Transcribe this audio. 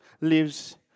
lives